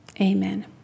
Amen